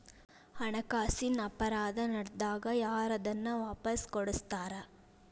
ಹಣಕಾಸಿನ್ ಅಪರಾಧಾ ನಡ್ದಾಗ ಯಾರ್ ಅದನ್ನ ವಾಪಸ್ ಕೊಡಸ್ತಾರ?